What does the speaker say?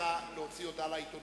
פתוחה בפניו הדרך להגיש הצעה חדשה